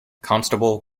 constable